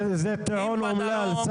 זה טיעון אומלל.